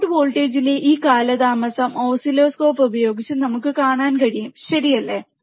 output വോൾട്ടേജിലെ ഈ കാലതാമസം ഓസിലോസ്കോപ്പ് ഉപയോഗിച്ച് നമുക്ക് കാണാൻ കഴിയും ശരിയല്ലേ